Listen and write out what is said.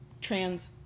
trans